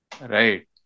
Right